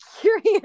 curious